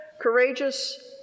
courageous